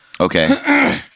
okay